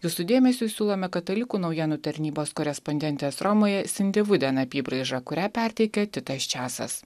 jūsų dėmesiui siūlome katalikų naujienų tarnybos korespondentės romoje sindi vuden apybraižą kurią perteikia titas čiasas